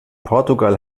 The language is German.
portugal